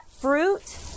fruit